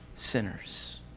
Sinners